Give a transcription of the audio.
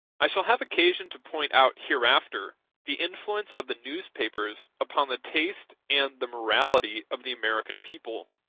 i shall have occasion to point out hereafter the influence of the newspapers upon the taste and the morality of the american people,